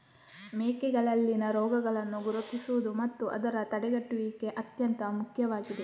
ಮೇಕೆಗಳಲ್ಲಿನ ರೋಗಗಳನ್ನು ಗುರುತಿಸುವುದು ಮತ್ತು ಅದರ ತಡೆಗಟ್ಟುವಿಕೆ ಅತ್ಯಂತ ಮುಖ್ಯವಾಗಿದೆ